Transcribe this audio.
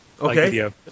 Okay